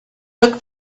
took